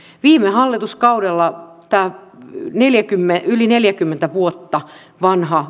viime hallituskaudella tämä yli neljäkymmentä vuotta vanha